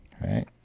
right